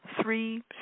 three